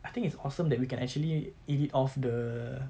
I think it's awesome that we can actually eat it off the